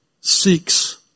seeks